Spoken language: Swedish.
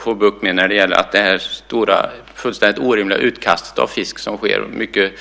få bukt med - det stora fullständigt orimliga utkastet av fisk som sker.